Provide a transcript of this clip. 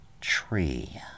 Tree